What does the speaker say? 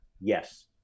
yes